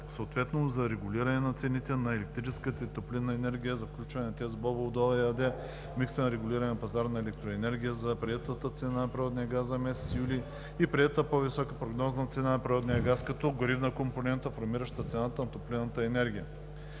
съответно за регулиране на цените на електрическата и топлинна енергия, за включване на ТЕЦ „Бобов дол“ ЕАД в микса на регулиран пазар на електроенергия; за приетата цена на природния газ за месец юли и приетата по-високата прогнозна цена на природния газ като горивна компонента формираща цената на топлинната енергия.